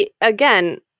again